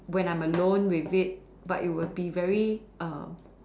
when I am alone with it but it would be very um